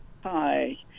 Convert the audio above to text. Hi